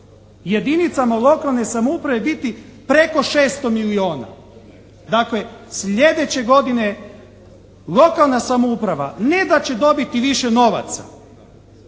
jedinicama lokalne samouprave biti preko 600 milijuna. Dakle, slijedeće godine lokalna samouprava ne da će dobiti više novaca